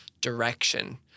direction